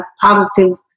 positive